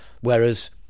Whereas